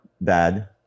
bad